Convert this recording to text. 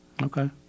Okay